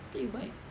I thought you buy